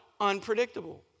Unpredictable